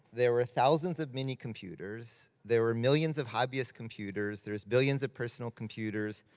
there were thousands of mini computers, there were millions of hobbyist computers, there's billions of personal computers,